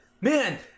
Man